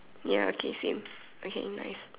ya okay same okay nice